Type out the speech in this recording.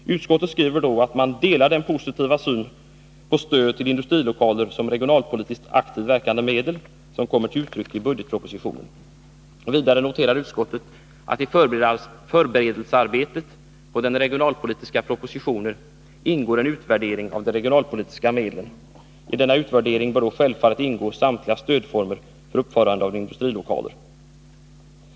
Utskottet skriver att man delar den positiva synen på stöd till industrilokaler som regionalpolitiskt aktivt verkande medel som kommer till uttryck i budgetpropositionen. Vidare noterar utskottet att i förberedelsearbetet på den regionalpolitiska propositionen ingår en utvärdering av de regionalpolitiska medlen. I denna utvärdering bör självfallet ingå samtliga stödformer för uppförande av industrilokaler.